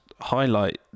highlight